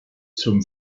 zum